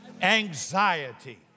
anxiety